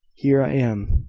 here i am,